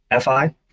FI